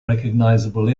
recognizable